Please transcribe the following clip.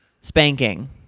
Spanking